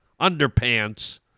underpants